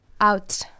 out